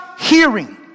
hearing